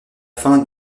fin